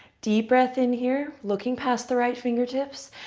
deep breath in here, looking past the right fingertips.